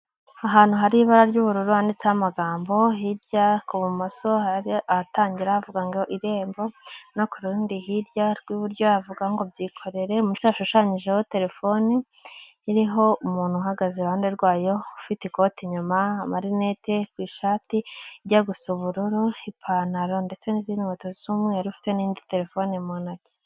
Ahantu hari ibara ry'ubururu handitseho amagambo, hirya ku bumoso hari ahatangira havuga ngo irembo, no ku rundi hirya rw'iburyo ya avuga ngo byikorere, munsi yashushanyijeho telefoni, iriho umuntu uhagaze iruhande rwayo, ufite ikoti inyuma, marineti ku ishati ijya gu gusa ubururu, ipantaro ndetse n'izindi inkweto z'umweru ufite n'indi telefone mu ntoki.